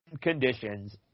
conditions